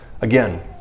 Again